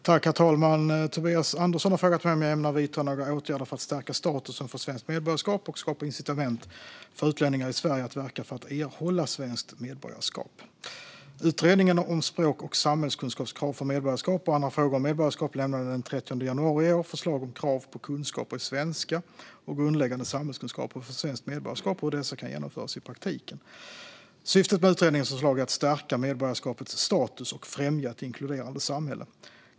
Herr talman! Tobias Andersson har frågat mig om jag ämnar vidta några åtgärder för att stärka statusen för svenskt medborgarskap och skapa incitament för utlänningar i Sverige att verka för att erhålla svenskt medborgarskap. Utredningen om språk och samhällskunskapskrav för medborgarskap och andra frågor om medborgarskap lämnade den 13 januari i år förslag om krav på kunskaper i svenska och grundläggande samhällskunskaper för svenskt medborgarskap och hur dessa kan genomföras i praktiken. Syftet med utredningens förslag är att stärka medborgarskapets status och främja ett inkluderande samhälle.